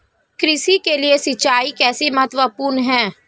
कृषि के लिए सिंचाई कैसे महत्वपूर्ण है?